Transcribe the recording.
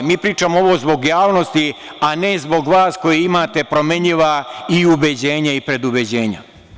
Mi pričamo ovo zbog javnosti, a ne zbog vas koji imate promenljiva i ubeđenja i predubeđenja.